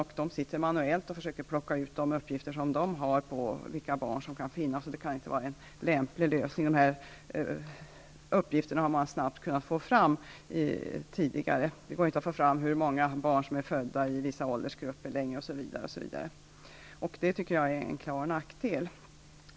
Där försöker man manuellt plocka ut de uppgifter de har om hur många barn som finns. Det kan inte vara en lämplig lösning. De här uppgifterna har man tidigare kunnat få fram snabbt. Det går t.ex. inte längre att få fram hur många barn det finns i vissa åldersgrupper.